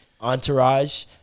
Entourage